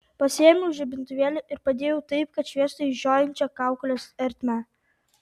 pasiėmiau žibintuvėlį ir padėjau taip kad šviestų į žiojinčią kaukolės ertmę